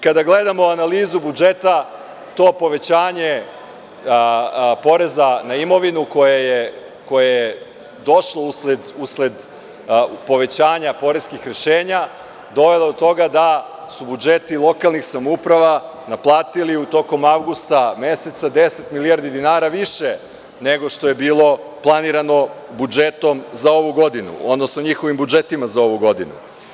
Kada gledamo analizu budžeta, to povećanje poreza na imovinu koje je došlo usled povećanja poreskih rešenja dovelo je do toga da su budžeti lokalnih samouprava naplatili tokom avgusta meseca 10 milijardi dinara više nego što je bilo planirano budžetom za ovu godinu, odnosno njihovim budžetima za ovu godinu.